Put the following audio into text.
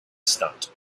stunt